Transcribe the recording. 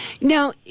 Now